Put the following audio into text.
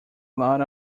lot